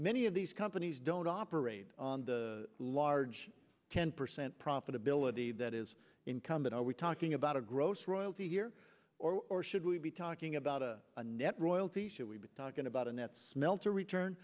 many of these companies don't operate on the large ten percent profitability that is income but are we talking about a gross royalty here or should we be talking about a net royalty should we be talking about a net smelter return